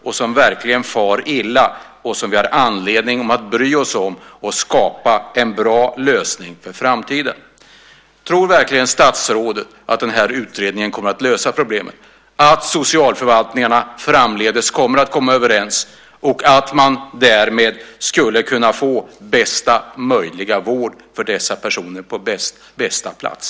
De far verkligen illa, och vi har anledning att bry oss om dem och skapa en bra lösning för framtiden. Tror verkligen statsrådet att den här utredningen kommer att lösa problemen, att socialförvaltningarna framdeles kommer att komma överens och att man därmed skulle kunna få bästa möjliga vård för dessa personer på bästa plats?